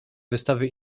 wystawy